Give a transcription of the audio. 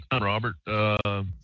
Robert